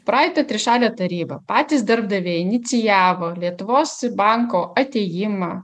praeitį trišalė taryba patys darbdaviai inicijavo lietuvos banko atėjimą